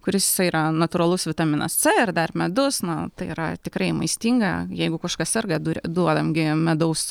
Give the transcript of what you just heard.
kuris yra natūralus vitaminas c ir dar medus na tai yra tikrai maistinga jeigu kažkas serga duria duodam gi medaus